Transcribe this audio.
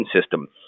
system